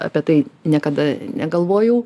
apie tai niekada negalvojau